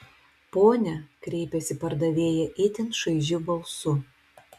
pone kreipėsi pardavėja itin šaižiu balsu